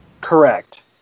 correct